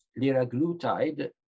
liraglutide